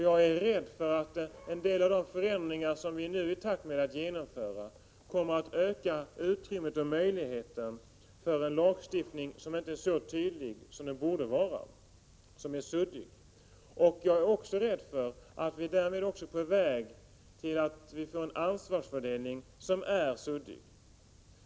Jag är rädd för att en del av de förändringar som vi nu är i färd med att genomföra kommer att öka utrymmet för lagstiftning som inte är så tydlig som den borde vara. Jag är också rädd för att vi därmed är på väg att få en ansvarsfördelning som är suddig.